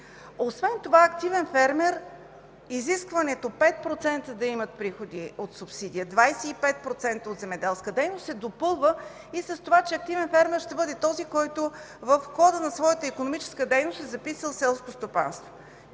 Освен това „активен фермер” – изискването да имат 5% от субсидия, 25% от земеделска дейност се допълва и с това, че „активен фермер” ще бъде този, който в хода на своята икономическа дейност е записал селско стопанство.